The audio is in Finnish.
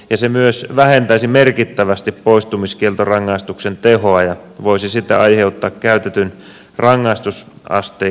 se myös vähentäisi merkittävästi poistumiskieltorangaistuksen tehoa ja voisi siten aiheuttaa käytetyn rangaistusasteikon koventumista